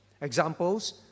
examples